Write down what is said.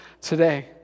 today